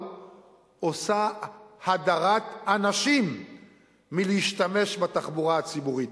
עושה הדרת אנשים מלהשתמש בתחבורה הציבורית.